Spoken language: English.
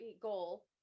goal